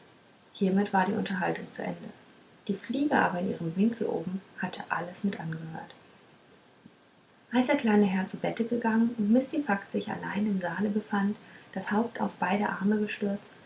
hiermit war die unterhaltung zu ende die fliege aber in ihrem winkel oben hatte alles mit angehört als der kleine herr zu bette gegangen und mistifax sich allein im saale befand und das haupt auf beide arme gestützt